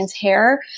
hair